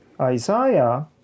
Isaiah